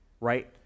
Right